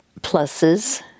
pluses